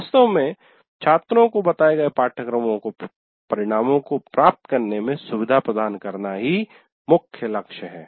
वास्तव में छात्रों को बताए गए पाठ्यक्रम के परिणामों को प्राप्त करने में सुविधा प्रदान करना ही मुख्य लक्ष्य है